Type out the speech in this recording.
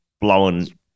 blowing